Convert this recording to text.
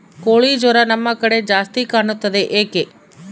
ಕೋಳಿ ಜ್ವರ ನಮ್ಮ ಕಡೆ ಜಾಸ್ತಿ ಕಾಣುತ್ತದೆ ಏಕೆ?